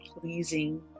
pleasing